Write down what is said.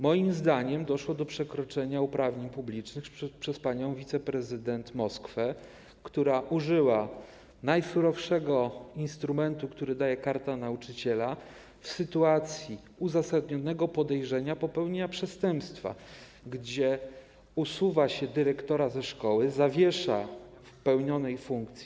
Moim zdaniem doszło do przekroczenia uprawnień publicznych przez panią wiceprezydent Moskwę, która użyła najsurowszego instrumentu, który daje Karta Nauczyciela w sytuacji uzasadnionego podejrzenia popełnienia przestępstwa - usuwa się dyrektora ze szkoły, zawiesza w pełnieniu funkcji.